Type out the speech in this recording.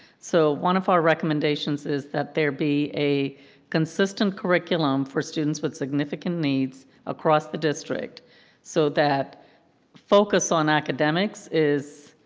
so one of our recommendations is that there be a consistent curriculum for students with significant needs across the district so that focus on academics is.